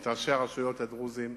את ראשי הרשויות הדרוזים,